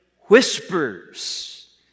whispers